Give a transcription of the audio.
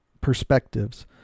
perspectives